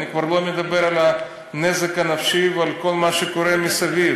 אני כבר לא מדבר על הנזק הנפשי ועל כל מה שקורה מסביב.